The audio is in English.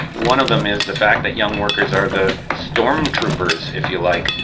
one of them is the fact that young workers are the storm troopers, if you like,